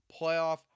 playoff